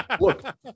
Look